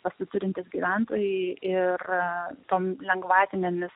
pasiturintys gyventojai ir tom lengvatinėmis